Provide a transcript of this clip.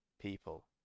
people